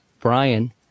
Brian